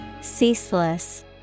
Ceaseless